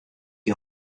you